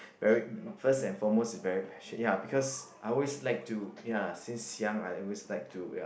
very first and foremost is very passion ya because I always like to ya since young I always like to